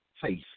faith